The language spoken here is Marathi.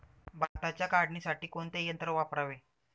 भाताच्या काढणीसाठी कोणते यंत्र वापरावे?